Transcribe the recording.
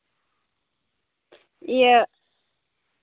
ᱤᱭᱟᱹ